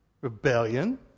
Rebellion